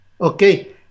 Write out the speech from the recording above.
okay